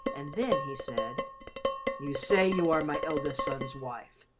and then he said you say you are my eldest son's wife.